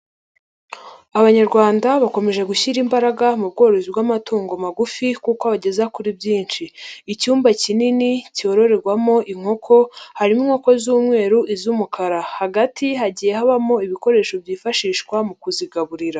Abanyarwanda bakomeje gushyira imbaraga mu bworozi bw'amatungo magufi ,kuko abageze kuri byinshi. lcyumba kinini cyororerwamo inkoko ,harimo inkoko z'umweru ,iz'umukara, hagati hagiye habamo ibikoresho byifashishwa mu kuzigaburira.